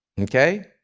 Okay